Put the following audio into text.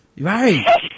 Right